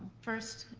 first,